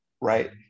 right